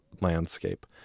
landscape